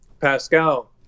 Pascal